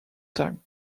time